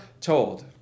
told